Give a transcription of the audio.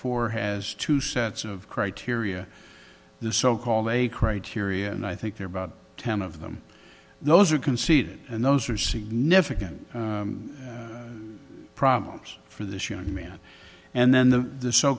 four has two sets of criteria the so called a criteria and i think there are about ten of them those are conceded and those are significant problems for this young man and then the the so